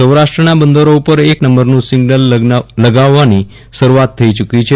સૌ રાષ્ટ્રના બંદરો ઉપર એક નંબરનું સિગ્નલ લગાવવાની શરૂઆત થઇ ચૂકી છે